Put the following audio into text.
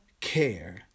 care